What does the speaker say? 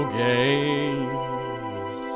games